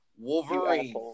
Wolverine